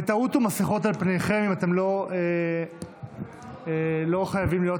ותעטו מסכות על פניכם אם אתם לא חייבים להיות,